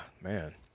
man